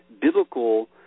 biblical